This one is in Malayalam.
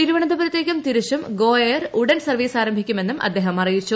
തിരുവനന്തപുരത്തേക്കും തിരിച്ചും ഗോ എയർ ഉടൻ പ്സർവ്വീസ് ആരംഭിക്കുമെന്നും അദ്ദേഹം അറിയിച്ചു